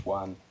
one